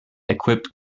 equipped